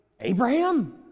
Abraham